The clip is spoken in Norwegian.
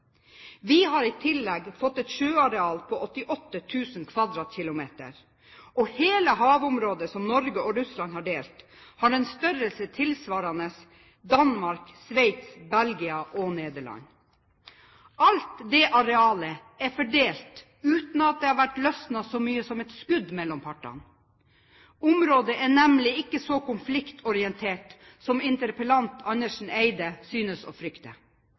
Vi har i tillegg fått et sjøareal på 88 000 km2, og hele havområdet som Norge og Russland har delt, har en størrelse tilsvarende Danmark, Sveits, Belgia og Nederland. Alt dette arealet er fordelt uten at det har vært løsnet så mye som et skudd mellom partene. Området er nemlig ikke så konfliktfylt som interpellant Andersen Eide synes å frykte.